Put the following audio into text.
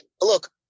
Look